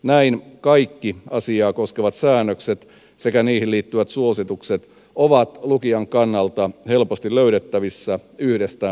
näin kaikki asiaa koskevat säännökset sekä niihin liittyvät suositukset ovat lukijan kannalta helposti löydettävissä yhdestä paikasta